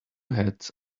heads